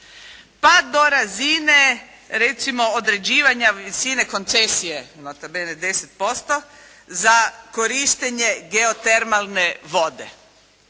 pa do razine recimo određivanja visine koncesije nota bene 10% za korištenje geotermalne vode.